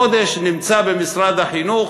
הקודש נמצא במשרד החינוך,